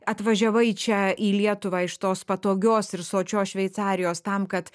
atvažiavai čia į lietuvą iš tos patogios ir sočios šveicarijos tam kad